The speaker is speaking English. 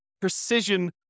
precision